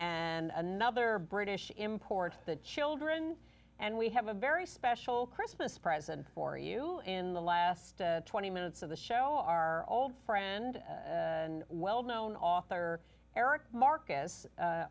and another british import the children and we have a very special christmas present for you in the last twenty minutes of the show our old friend and well known author eric marcus a